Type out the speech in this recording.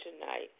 tonight